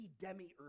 demiurge